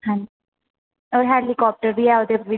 हां होर हैलीकाप्टर बी ऐ ओह्दे बी